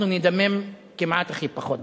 אנחנו נדמם כמעט הכי פחות.